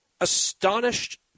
astonished